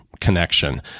connection